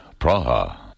Praha